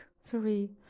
sorry